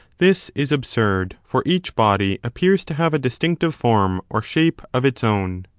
this is absurd, for each body appears to have a distinctive form or shape of its own.